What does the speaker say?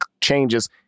changes